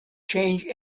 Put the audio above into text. change